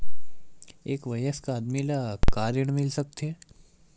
एक वयस्क आदमी ल का ऋण मिल सकथे?